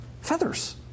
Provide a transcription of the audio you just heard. feathers